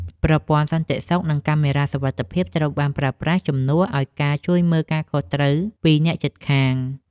ប្រព័ន្ធសន្តិសុខនិងកាមេរ៉ាសុវត្ថិភាពត្រូវបានប្រើប្រាស់ជំនួសឱ្យការជួយមើលការខុសត្រូវពីអ្នកជិតខាង។